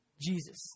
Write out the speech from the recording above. Jesus